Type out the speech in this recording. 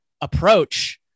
approach